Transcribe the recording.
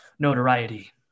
Notoriety